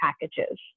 packages